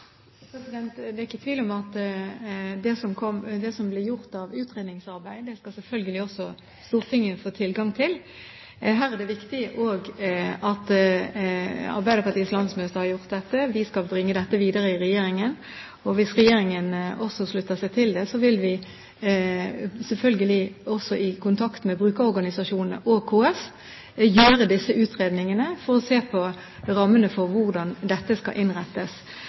Det er ikke tvil om at det som blir gjort av utredningsarbeid, skal selvfølgelig også Stortinget få tilgang til. Her er det viktig at Arbeiderpartiets landsmøte har gjort dette. Vi skal bringe dette videre til regjeringen. Hvis regjeringen også slutter seg til det, vil vi selvfølgelig i kontakt med brukerorganisasjonene og KS gjøre disse utredningene for å se på rammene for hvordan dette skal innrettes